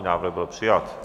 Návrh byl přijat.